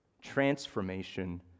transformation